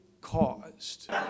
caused